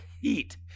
heat